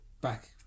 back